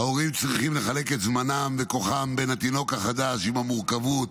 ההורים צריכים לחלק את זמנם וכוחם בין התינוק החדש עם המורכבות,